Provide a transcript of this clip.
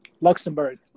Luxembourg